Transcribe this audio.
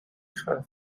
خلق